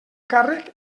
càrrec